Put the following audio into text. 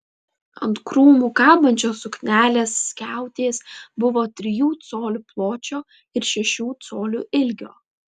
ant krūmų kabančios suknelės skiautės buvo trijų colių pločio ir šešių colių ilgio